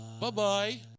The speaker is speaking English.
Bye-bye